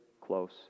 close